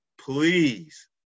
Please